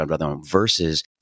versus